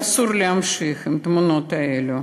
אסור להמשיך עם התמונות האלה,